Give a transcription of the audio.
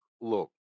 look